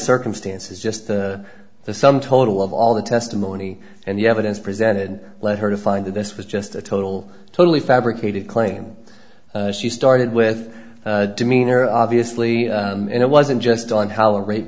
circumstances just the sum total of all the testimony and the evidence presented led her to find that this was just a total totally fabricated claim she started with demeanor obviously and it wasn't just on holland rape